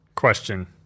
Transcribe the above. question